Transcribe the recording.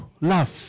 love